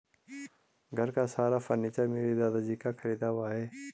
घर का सारा फर्नीचर मेरे दादाजी का खरीदा हुआ है